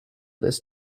this